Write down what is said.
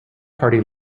party